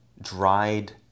dried